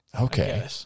okay